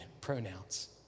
pronouns